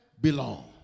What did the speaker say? belong